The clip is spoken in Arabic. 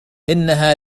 إنها